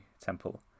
temple